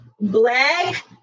Black